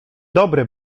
dobry